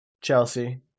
Chelsea